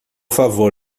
favor